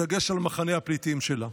בדגש על מחנה הפליטים שלה.